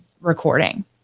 recording